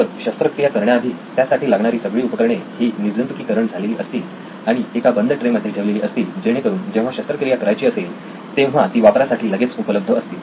तर शस्त्रक्रिया करण्याआधी त्यासाठी लागणारी सगळी उपकरणे ही निर्जंतुकीकरण झालेली असतील आणि एका बंद ट्रे मध्ये ठेवलेली असतील जेणेकरून जेव्हा शस्त्रक्रिया करायची असेल तेव्हा ती वापरासाठी लगेच उपलब्ध असतील